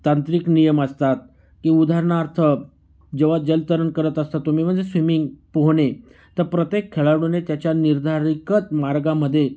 तांत्रिक नियम असतात की उदाहरणार्थ जेव्हा जलतरण करत असता तुम्ही म्हणजे स्विमिंग पोहणे तर प्रत्येक खेळाडूने त्याच्या निर्धारिकत मार्गामध्ये